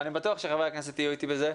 ואני בטוח שחברי הכנסת יהיו איתי בזה,